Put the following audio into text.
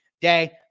day